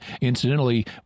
incidentally